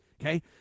Okay